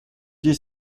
she